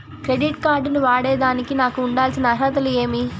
Credit card ను వాడేదానికి నాకు ఉండాల్సిన అర్హతలు ఏమి?